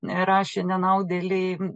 erašė nenaudėliai